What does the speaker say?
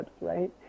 right